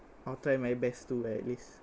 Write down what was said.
I'll try my best to like this